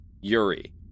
Yuri